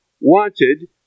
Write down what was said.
wanted